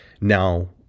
now